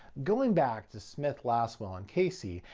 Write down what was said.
going back to smith, lasswell, and casey,